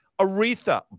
Aretha